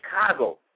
Chicago